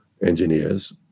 engineers